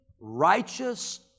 righteous